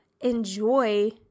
enjoy